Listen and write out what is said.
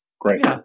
Great